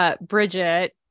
Bridget